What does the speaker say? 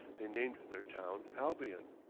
they named their town albion.